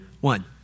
one